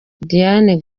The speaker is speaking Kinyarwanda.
diane